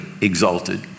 exalted